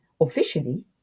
Officially